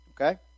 Okay